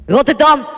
Rotterdam